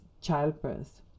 childbirth